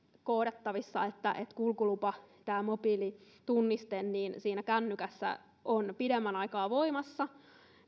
että kulkulupa tämä mobiilitunniste on siinä kännykässä pidemmän aikaa voimassa